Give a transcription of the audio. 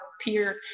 peer